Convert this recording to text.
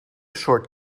short